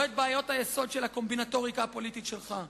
לא את בעיות היסוד של הקומבינטוריקה הפוליטית שלך.